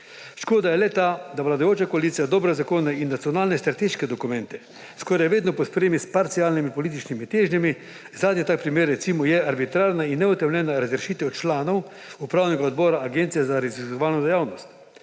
Škoda je le ta, da vladajoča koalicija dobre zakone in nacionalne strateške dokumente skoraj vedno pospremi s parcialnimi političnimi težnjami. Zadnji tak primer je recimo arbitrarna in neutemeljena razrešitev članov upravnega odbora agencije za raziskovalno dejavnost.